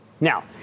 Now